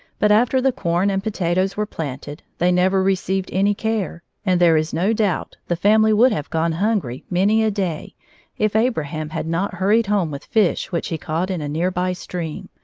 but after the corn and potatoes were planted, they never received any care, and there is no doubt the family would have gone hungry many a day if abraham had not hurried home with fish which he caught in a near-by stream,